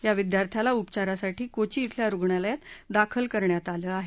या विद्यार्थ्याला उपचारांसाठी कोची इथल्या रुग्णालयात दाखल करण्यात आलं आहे